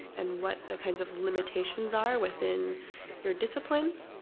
and what the kinds of limitations are within your disciplines,